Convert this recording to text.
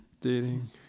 dating